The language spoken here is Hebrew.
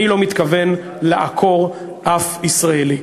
אני לא מתכוון לעקור אף ישראלי.